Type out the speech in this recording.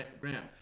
graham